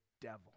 devil